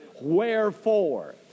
wherefore